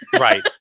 Right